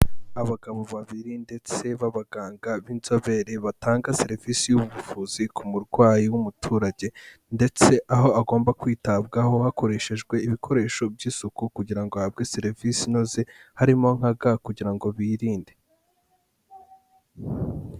Abagabo babiri ndetse b'abaganga b'inzobere batanga serivisi y'ubuvuzi ku murwayi w'umuturage ndetse aho agomba kwitabwaho, hakoreshejwe ibikoresho by'isuku kugira ngo ahabwe serivisi inoze harimo nka ga kugira ngo birinde.